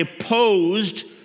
opposed